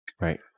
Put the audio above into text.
right